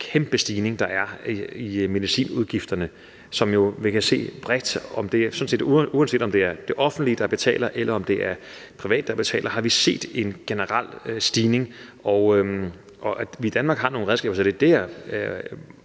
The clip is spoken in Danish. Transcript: kæmpe stigning, der er i medicinudgifterne. Som vi bredt kan se, er det jo sådan, at vi, uanset om det er det offentlige, der betaler, eller om det er private, der betaler, har set en generel stigning. I Danmark har vi nogle redskaber, så det er jeg